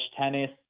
tennis